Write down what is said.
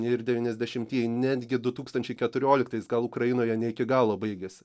ir devyniasdešimtieji netgi du tūkstančiai keturioliktais gal ukrainoje ne iki galo baigėsi